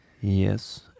Yes